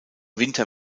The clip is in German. winter